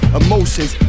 emotions